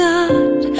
God